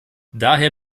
daher